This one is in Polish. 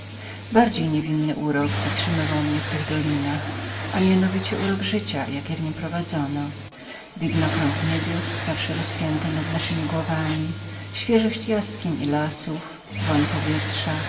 następstwem niewinniejszy urok zatrzymywał mnie w tych dolinach to jest życia jakie w nich prowadzono ten widokrąg niebios zawsze rozpięty nad naszemi głowami świeżość jaskiń i lasów woń powietrza